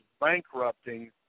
bankrupting